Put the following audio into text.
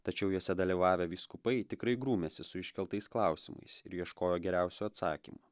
tačiau juose dalyvavę vyskupai tikrai grūmėsi su iškeltais klausimais ir ieškojo geriausio atsakymo